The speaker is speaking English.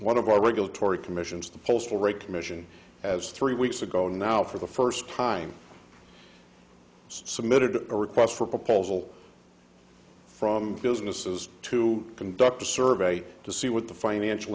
one of our regulatory commissions the postal rate commission has three weeks ago now for the first time submitted a request for proposal from businesses to conduct a survey to see what the financial